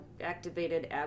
activated